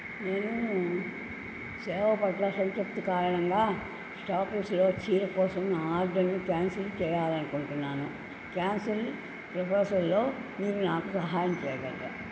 నేను సేవ పట్ల అసంతృప్తి కారణంగా స్టాపింగ్స్లో చీర కోసం నా ఆర్డర్ను క్యాన్సల్ చెయ్యాలనుకుంటున్నాను క్యాన్సల్ ప్రోపోజల్లో మీరు నాకు సహాయం చెయ్యగలరా